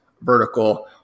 vertical